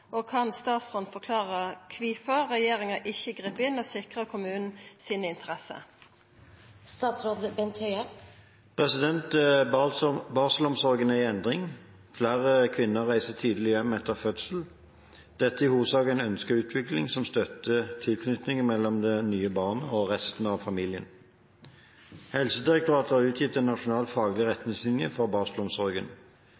kan statsråden forklare kvifor regjeringa ikkje grip inn og sikrar kommunen sine interesser?» Barselomsorgen er i endring. Flere kvinner reiser tidlig hjem etter fødsel. Dette er i hovedsak en ønsket utvikling, som støtter tilknytningen mellom det nye barnet og resten av familien. Helsedirektoratet har utgitt en nasjonal faglig